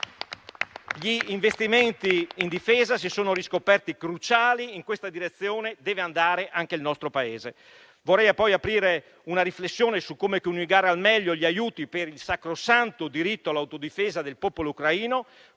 Gli investimenti in difesa si sono riscoperti cruciali e in questa direzione deve andare anche il nostro Paese. Vorrei poi aprire una riflessione su come coniugare al meglio gli aiuti per il sacrosanto diritto all'autodifesa del popolo ucraino